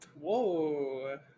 Whoa